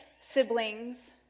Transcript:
siblings